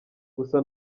gusa